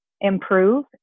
improve